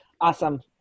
Awesome